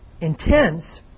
intense